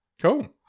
Cool